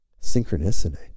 synchronicity